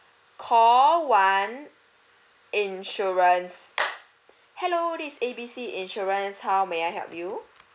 call one insurance hello this A B C insurance how may I help you